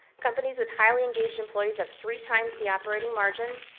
companies with highly engaged employees have three times the operating margin,